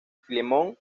filemón